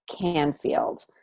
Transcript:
Canfield